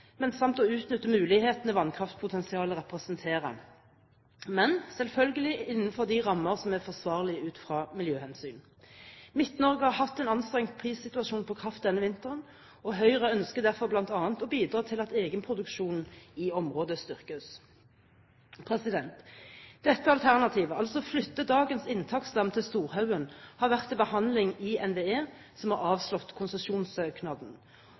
samt å utnytte mulighetene vannkraftpotensialet representerer – men selvfølgelig innenfor de rammer som er forsvarlig ut fra miljøhensyn. Midt-Norge har hatt en anstrengt prissituasjon når det gjelder kraft denne vinteren, og Høyre ønsker derfor å bidra til at egenproduksjonen i området styrkes. Dette alternativet, altså å flytte dagens inntaksdam til Storhaugen, har vært til behandling i NVE, som har avslått